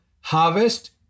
Harvest